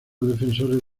defensores